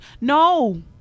No